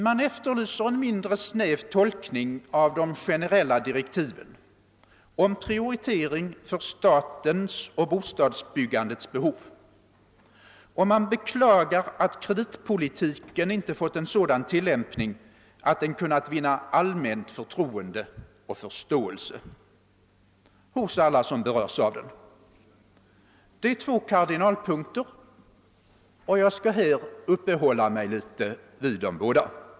Man efterlyser en mindre snäv tolkning av de generella direktiven om Pprioritering för statens och bostadsbyggandets behov, och man beklagar att kreditpolitiken inte har fått en sådan tilllämpning att den kunnat vinna allmänt förtroende och förståelse hos alla som berörs av den. Det är två kardinalpunkter, och jag skall här uppehålla mig något vid dem båda.